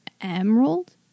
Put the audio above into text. Emerald